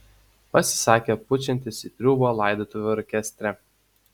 pasisakė pučiantis triūbą laidotuvių orkestre